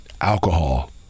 alcohol